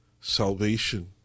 salvation